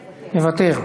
מוותר,